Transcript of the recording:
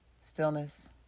stillness